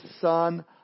Son